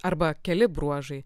arba keli bruožai